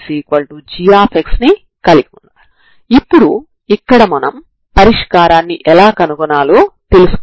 కాబట్టి ఇక్కడ మనం చేసేది ఏమిటంటే కొన్ని సమస్యలను కొన్ని డొమైన్ లలో మాత్రమే పరిష్కరించగలమని మనం భావిస్తున్నాం అంటే వృత్తాకార డొమైన్ ను తీసుకోండి